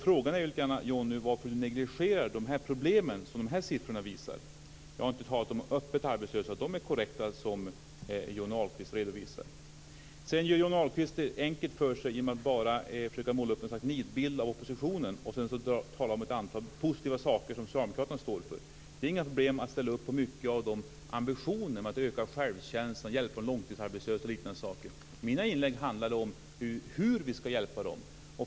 Frågan är varför Johnny Ahlqvist negligerar de problem som de här siffrorna visar. Jag har inte talat om de öppet arbetslösa. Det som Johnny Ahlqvist redovisar där är korrekt. Johnny Ahlqvist gör det enkelt för sig genom att bara måla upp en sorts nidbild av oppositionen och sedan tala om ett antal positiva saker som socialdemokraterna står för. Det är inga problem att ställa upp på många av de ambitionerna, att öka självkänslan, hjälpa de långtidsarbetslösa och liknande saker. Mitt inlägg handlade om hur vi ska hjälpa dem.